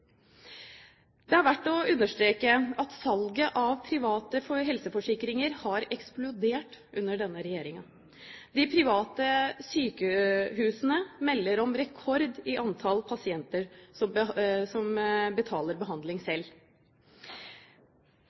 Det er verdt å understreke at salget av private helseforsikringer har eksplodert under denne regjeringen. De private sykehusene melder om rekord i antall pasienter som betaler behandling selv.